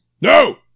No